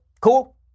Cool